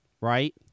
right